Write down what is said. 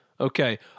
Okay